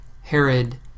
Herod